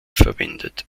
verwendet